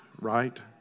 right